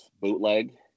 Bootleg